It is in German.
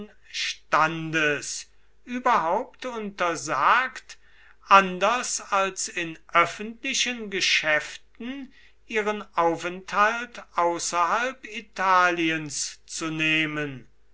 standes überhaupt untersagt anders als in öffentlichen geschäften ihren aufenthalt außerhalb italiens zunehmen